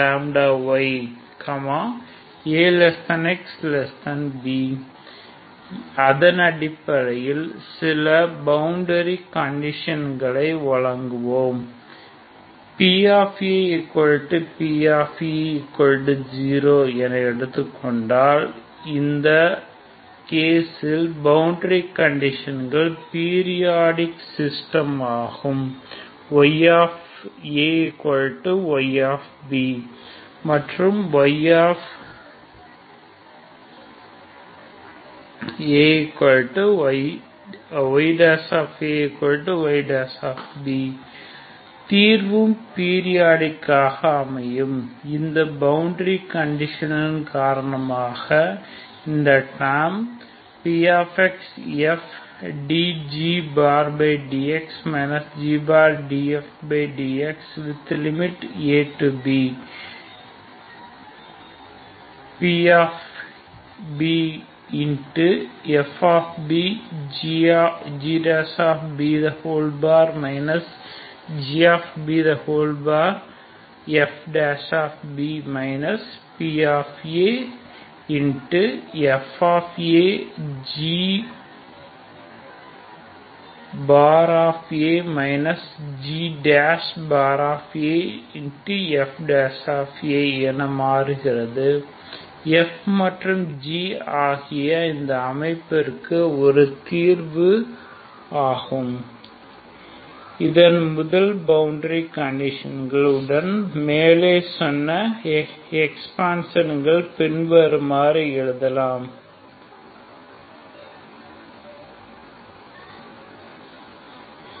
Lyλyaxb அதன் அடிப்படையில் சில பவுண்டரி கண்டிஷன்களை வழங்குவோம் if pp≠0 என இருந்தால் இந்த கேஸில் பவுண்டரி கண்டிஷன்கள் பீரியாடிக் சிஸ்டமாகும் yayb மற்றும் yayb தீர்வும் பீரியாடிக் ஆகும் இந்த பவுண்டரி கண்டிஷன்களின் காரணமாக இந்த term Pxfdgdx gdfdx|ab pbfb gb gb fb pfaga gaf என மாறுகிறது f g ஆகிய இந்த அமைப்பிற்கு இரு தீர்வுகள் ஆகும் இந்த முதல் பவுண்டரி கண்டிஷன் உடன் மேலே சொன்ன எக்ஸ்பிரசனை பின்வருமாறு எழுதலாம் pafa ga ga fa pafaga gafa 0 ∵pbp gbga gbga etc